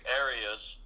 areas